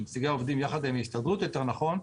של נציגי העובדים יחד עם ההסתדרות יותר נכון,